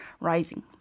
rising